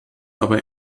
aber